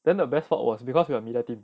then the best part was because we are media team